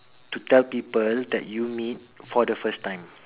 to tell people that you meet for the first time